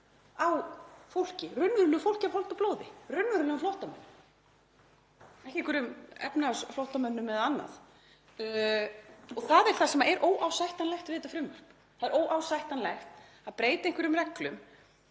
á fólki, raunverulegu fólki af holdi og blóði, raunverulegum flóttamönnum. Ekki einhverjum efnahagsflóttamönnum eða öðrum. Það er það sem er óásættanlegt við þetta frumvarp. Það er óásættanlegt að breyta einhverjum reglum